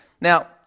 Now